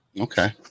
okay